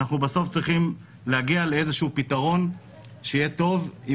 בסוף אנחנו צריכים להגיע לפתרון טוב עם